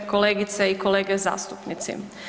Kolegice i kolege zastupnici.